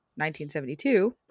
1972